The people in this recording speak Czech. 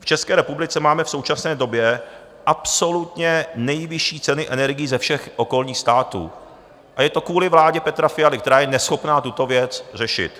V České republice máme v současné době absolutně nejvyšší ceny energií ze všech okolních států a je to kvůli vládě Petra Fialy, která je neschopná tuto věc řešit.